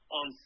on